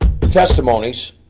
testimonies